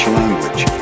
language